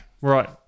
Right